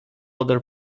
other